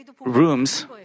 rooms